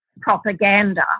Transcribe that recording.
propaganda